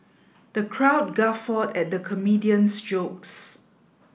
the crowd guffawed at the comedian's jokes